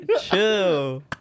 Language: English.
Chill